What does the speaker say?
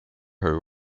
her